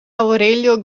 aurelio